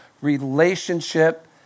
relationship